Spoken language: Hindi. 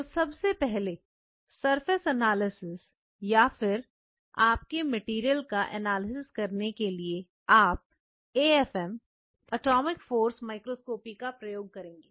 तो सबसे पहले सरफेस एनालिसिस या फिर आपके मटेरियल का एनालिसिस करने के लिए आप AFM एटॉमिक फोर्स माइक्रोस्कॉपी का प्रयोग करेंगे